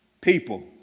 people